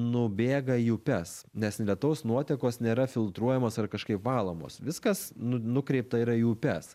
nubėga į upes nes lietaus nuotekos nėra filtruojamos ar kažkaip valomos viskas nu nukreipta yra į upes